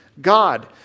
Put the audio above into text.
God